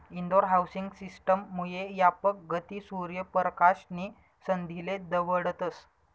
Indore housing system मुये यापक गती, सूर्य परकाश नी संधीले दवडतस